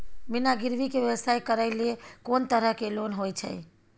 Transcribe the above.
बिना गिरवी के व्यवसाय करै ले कोन तरह के लोन होए छै?